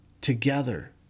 together